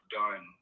done